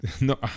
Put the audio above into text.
no